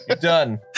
done